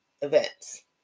events